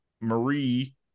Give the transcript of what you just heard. Marie